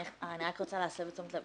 אני רוצה להסב את תשומת הלב,